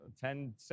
ten